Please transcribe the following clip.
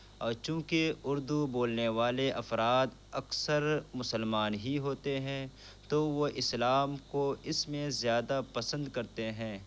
اور چونکہ اردو بولنے والے افراد اکثر مسلمان ہی ہوتے ہیں تو وہ اسلام کو اس میں زیادہ پسند کرتے ہیں